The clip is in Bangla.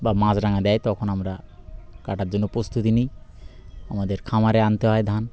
বা দেয় তখন আমরা কাটার জন্য প্রস্তুতি নিই আমাদের খামারে আনতে হয় ধান